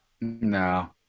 No